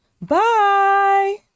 Bye